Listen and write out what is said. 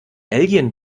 alien